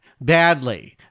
badly